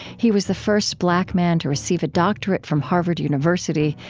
he was the first black man to receive a doctorate from harvard university.